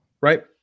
right